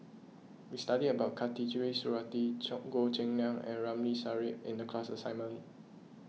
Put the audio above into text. we studied about Khatijah Surattee Goh Cheng Liang and Ramli Sarip in the class assignment